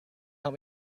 help